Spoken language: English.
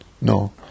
no